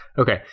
Okay